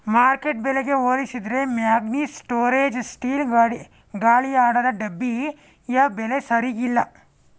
market ಬೆಲೆಗೆ ಹೋಲಿಸಿದ್ರೆ ಮ್ಯಾಗ್ನಿಸ್ ಸ್ಟೋರೇಜ್ ಸ್ಟೀಲ್ ಗಾಡಿ ಗಾಳಿಯಾಡದ ಡಬ್ಬಿಯ ಬೆಲೆ ಸರಿಗಿಲ್ಲ